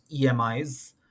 EMIs